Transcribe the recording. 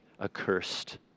accursed